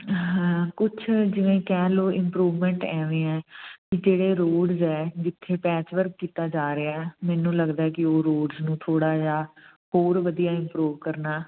ਹਾਂ ਕੁਛ ਜਿਵੇਂ ਕਹਿ ਲਓ ਇਮਪਰੂਵਮੈਂਟ ਐਵੇਂ ਹੈ ਬਈ ਜਿਹੜੇ ਰੋਡਸ ਹੈ ਜਿੱਥੇ ਬੈਚ ਵਰਕ ਕੀਤਾ ਜਾ ਰਿਹਾ ਮੈਨੂੰ ਲੱਗਦਾ ਕਿ ਉਹ ਰੋਡਸ ਨੂੰ ਥੋੜ੍ਹਾ ਜਿਹਾ ਹੋਰ ਵਧੀਆ ਇੰਪਰੂਵ ਕਰਨਾ